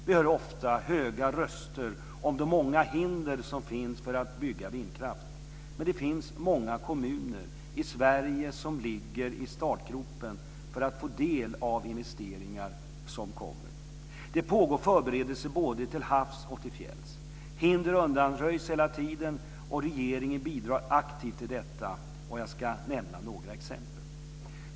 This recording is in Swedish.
Vi hör ofta höga röster om de många hinder som finns för att bygga vindkraft, men det är många kommuner i Sverige som ligger i startgroparna för att få del av investeringar som kommer. Det pågår förberedelser både till havs och till fjälls. Hinder undanröjs hela tiden. Regeringen bidrar aktivt till detta, och jag ska nämna några exempel.